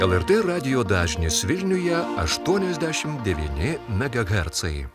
el er t radijo dažnis vilniuje aštuoniasdešim devyni megahercai